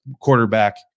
quarterback